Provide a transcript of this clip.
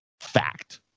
Fact